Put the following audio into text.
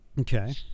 Okay